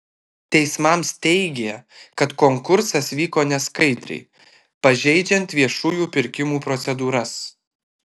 teismams teigė kad konkursas vyko neskaidriai pažeidžiant viešųjų pirkimų procedūras